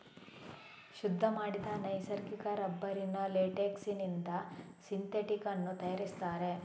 ಶುದ್ಧ ಮಾಡಿದ ನೈಸರ್ಗಿಕ ರಬ್ಬರಿನ ಲೇಟೆಕ್ಸಿನಿಂದ ಸಿಂಥೆಟಿಕ್ ಅನ್ನು ತಯಾರಿಸ್ತಾರೆ